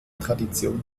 tradition